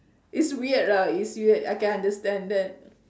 it's weird righ~ it's weird I can understand that